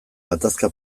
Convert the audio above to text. gatazka